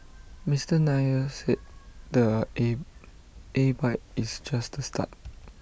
Mr Nair said the A A bike is just the start